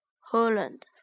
Holland